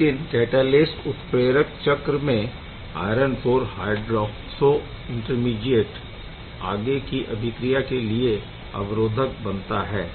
लेकिन कैटालेस उत्प्रेरक चक्र में आयरन 4 हायड्रोऑक्सो इंटरमीडीएट आगे की अभिक्रिया के लिए अवरोधक बनता है